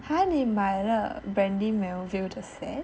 !huh! 你买了 brandy melville the set